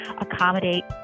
accommodate